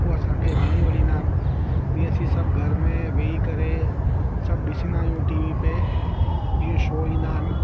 हू असांखे घणेई वणंदा आहिनि ही असीं सभ घर में वेई करे सभ ॾिसंदा आहियूं टी वी ते इहा शो ईंदा आहिनि